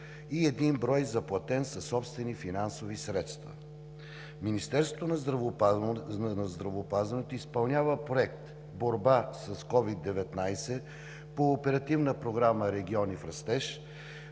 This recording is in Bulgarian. Министерството на здравеопазването изпълнява Проект „Борба с COVID-19“ по Оперативна програма „Региони в растеж“,